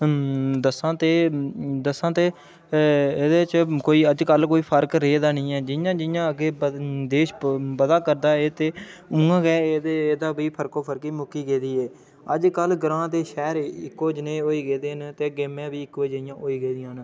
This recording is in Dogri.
अम्म दस्सां ते दस्सां ते अऽ एह्दे च कोई अजकल कोई फर्क रेह् दा निं है जि'यां जि'यां अग्गे देश बधा करदा ऐ ते उ'आं गै एह्दे एह्दा बी फर्कोफर्की मुक्की गेदी ऐ अजकल ग्रांऽ ते शैह्र इक्को जनेह् होई गेदे न ते गेमें बी इक्को जनेहियां होई गेदियां न